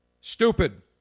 stupid